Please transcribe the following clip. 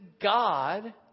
God